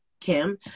Kim